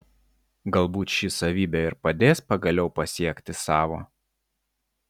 galbūt ši savybė ir padės pagaliau pasiekti savo